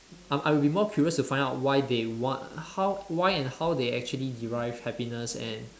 I'm I will be more curious to find out why they want how why and how they actually derive happiness and